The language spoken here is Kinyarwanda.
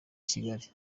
kigali